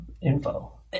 info